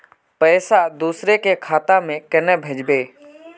पैसा दूसरे के खाता में केना भेजबे?